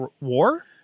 War